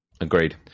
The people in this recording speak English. Agreed